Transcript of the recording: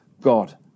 God